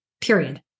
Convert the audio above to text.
period